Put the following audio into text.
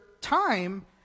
time